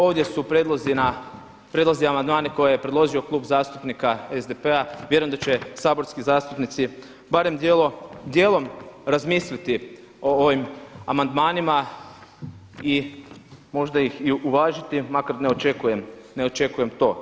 Ovdje su prijedlozi amandmana koje je predložio Klub zastupnika SDP-a vjerujem da će saborski zastupnici barem dijelom razmisliti o ovim amandmanima i možda ih i uvažiti makar ne očekujem to.